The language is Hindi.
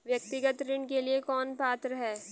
व्यक्तिगत ऋण के लिए कौन पात्र है?